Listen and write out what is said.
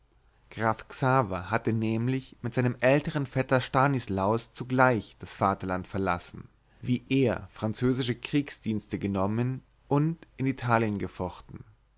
hatte nämlich mit seinem ältern vetter stanislaus zugleich das vaterland verlassen wie er französische kriegsdienste genommen und in italien gefochten